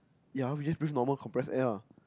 ya just breathe normal compressed air ah